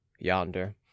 Yonder